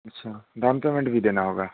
अच्छा down payment भी देना होगा